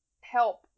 help